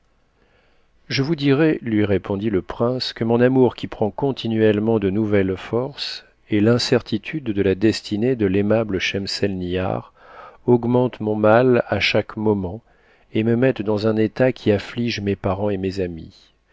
je vous dirai lui répondit le prince que mon amour qui prend continuellement de nouvelles forces et l'incertitude de la destinée de l'aimable schemselnihar augmentent mon mal à chaque moment et me mettent dans un état qui affliqe mes parents et mes amis